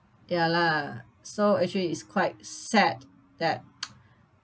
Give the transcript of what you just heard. ya lah so actually it's quite sad that